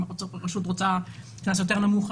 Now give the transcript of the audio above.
אם הרשות רוצה להטיל קנס יותר נמוך,